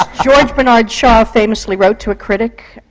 george bernard shaw famously wrote to a critic,